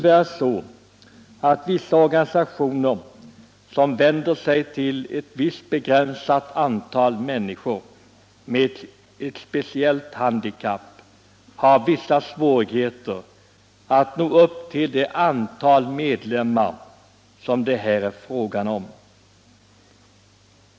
Vissa organisationer, som vänder sig till ett visst begränsat antal människor med speciellt handikapp, har tyvärr svårigheter att nå upp till det antal medlemmar det här är fråga om.